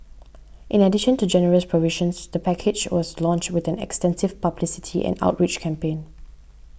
in addition to generous provisions the package was launched with an extensive publicity and outreach campaign